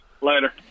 Later